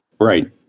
right